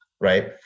right